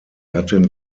gattin